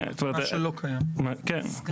מה שלא קיים עכשיו.